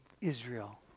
Israel